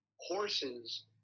horses